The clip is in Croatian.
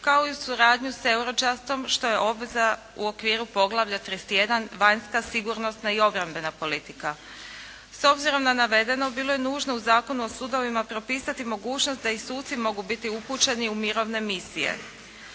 kao i suradnju sa eurojustom što je obveza u okviru poglavlja 31. Vanjska, sigurnosna i obrambena politika. S obzirom na navedeno, bilo je nužno u Zakonu o sudovima propisati mogućnost da i suci mogu biti upućeni u mirovne misije.